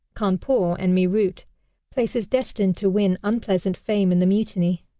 cawnpore, and meerut places destined to win unpleasant fame in the mutiny.